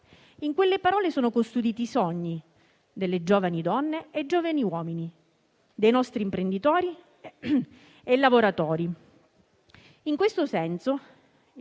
in quelle parole sono custoditi i sogni delle giovani donne e giovani uomini, dei nostri imprenditori e lavoratori. In questo senso,